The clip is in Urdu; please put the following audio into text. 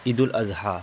عید الاضحیٰ